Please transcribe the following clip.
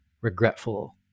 regretful